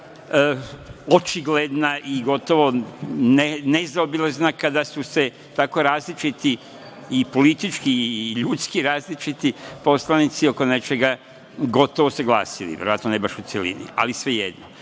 očigledna i gotovo nezaobilazna kada su se tako različiti i politički i ljudski različiti poslanici oko nečega, gotovo, usaglasili, verovatno ne baš u celini, ali svejedno. Povodom